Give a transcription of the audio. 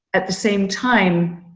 at the same time.